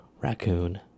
Raccoon